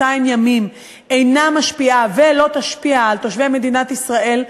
ימים אינה משפיעה ולא תשפיע על תושבי מדינת ישראל,